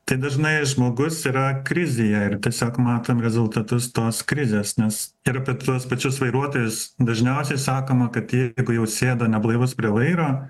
tai dažnai žmogus yra krizėje ir tiesiog matom rezultatus tos krizės nes ir apie tuos pačius vairuotojus dažniausiai sakoma kad jie jau sėdo neblaivus prie vairo